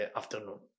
afternoon